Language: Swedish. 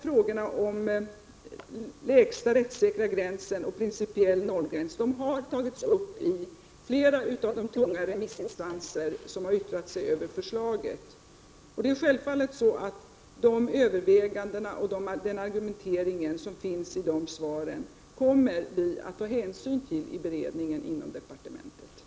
Frågorna om lägsta rättssäkra gräns och principiell nollgräns har tagits upp i flera av de tunga remissinstanser som yttrat sig över förslaget. De överväganden och den argumentering som finns i remissvaren kommer vi självfallet att ta hänsyn till i beredningen inom departementet.